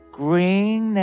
green